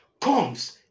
comes